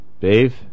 Dave